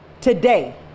today